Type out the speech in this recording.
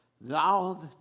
thou